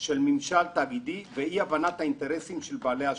של ממשל תאגידי ואי הבנת האינטרסים של בעלי השליטה,